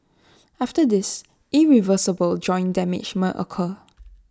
after this irreversible joint damage may occur